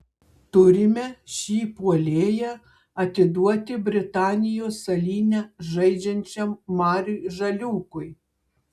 turime šį puolėją atiduoti britanijos salyne žaidžiančiam mariui žaliūkui